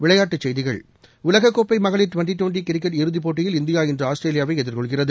விளையாட்டுச்செய்திகள் உலகக்கோப்பை மகளிர் ட்வெண்ட்டி ட்வெண்ட்டி கிரிக்கெட் இறுதிப் போட்டியில் இந்தியா இன்று ஆஸ்திரேலியாவை எதிர்கொள்கிறது